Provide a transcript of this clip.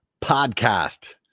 podcast